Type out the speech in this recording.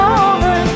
over